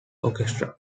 orchestra